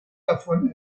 davon